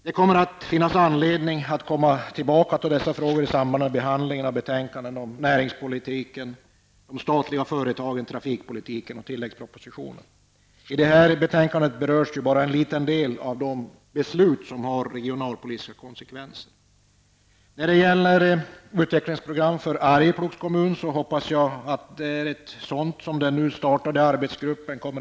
Det kommer att finnas anledning att återkomma till dessa frågor i samband med behandlingen av betänkandena om näringspolitiken, de statliga företagen, trafikpolitiken och tilläggspropositionen. I det här betänkandet berörs bara en liten del av de beslut som har regionalpolitiska konsekvenser. Jag hoppas att den nu startade arbetsgruppen kommer att utarbeta ett utvecklingsprogram för Arjeplogs kommun.